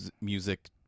music